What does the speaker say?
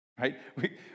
right